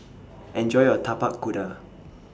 Enjoy your Tapak Kuda